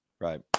Right